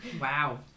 Wow